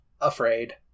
afraid